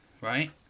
right